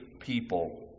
people